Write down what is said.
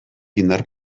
indar